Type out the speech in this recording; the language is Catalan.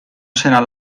seran